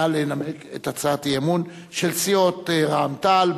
נא לנמק את הצעת האי-אמון של סיעות רע"ם-תע"ל,